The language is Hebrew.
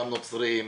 גם נוצרים,